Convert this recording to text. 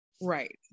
right